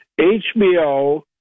HBO